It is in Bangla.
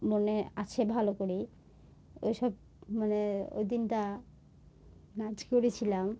মনে আছে ভালো করে ওই সব মানে ওই দিনটা নাচ করেছিলাম